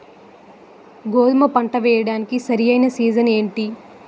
గోధుమపంట వేయడానికి సరైన సీజన్ ఏంటి?